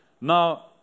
Now